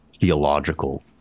theological